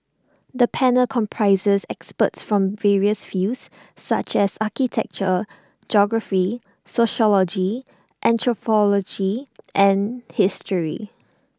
the panel comprises experts from various fields such as architecture geography sociology anthropology and history